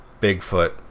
Bigfoot